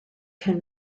can